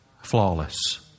flawless